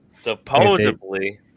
supposedly